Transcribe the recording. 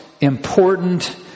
important